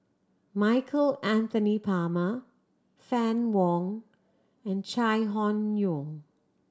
Michael Anthony Palmer Fann Wong and Chai Hon Yoong